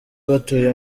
batuye